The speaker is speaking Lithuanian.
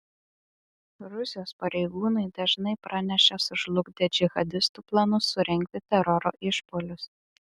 rusijos pareigūnai dažnai praneša sužlugdę džihadistų planus surengti teroro išpuolius